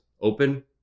open